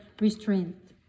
restraint